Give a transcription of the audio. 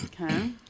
okay